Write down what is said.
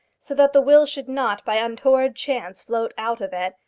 so that the will should not by untoward chance float out of it,